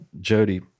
Jody